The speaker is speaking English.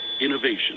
Innovation